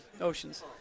Oceans